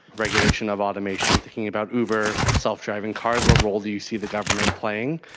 regulation of automation. thinking about uber. self-driving cars. what role do you see the government playing.